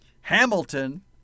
Hamilton